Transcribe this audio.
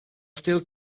still